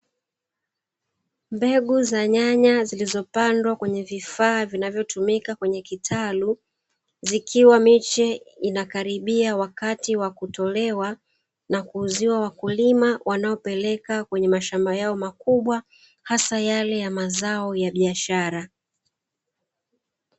Mbegu za nyanya zilizopandwa kwenye vifaa vinavyotumika kwenye kitalu, zikiwa moche inakaribia wakati wa kutolewa na kuuziwa wakulima wanaopeleka kwenye mashamba yao makubwa hasa yale ya mazao ya biashara,